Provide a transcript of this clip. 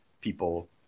people